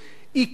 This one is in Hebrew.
עיקור,